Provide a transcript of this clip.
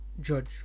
Judge